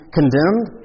condemned